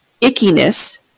ickiness